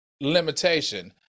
limitation